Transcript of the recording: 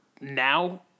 now